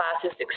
classes